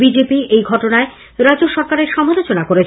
BJP এই ঘটনায় রাজ্য সরকারের সমালোচনা করেছে